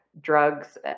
drugs